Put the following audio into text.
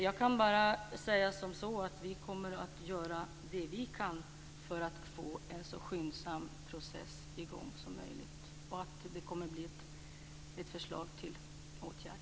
Jag kan bara säga att vi kommer att göra det vi kan för att få i gång en process så skyndsamt som möjligt och att det kommer att bli ett förslag till åtgärd.